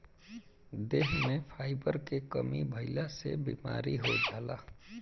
देह में फाइबर के कमी भइला से बीमारी हो जाला